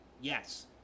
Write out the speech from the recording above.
Yes